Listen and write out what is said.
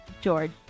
George